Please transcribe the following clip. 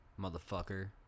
motherfucker